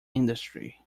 industry